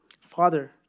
Father